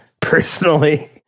personally